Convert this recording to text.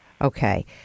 Okay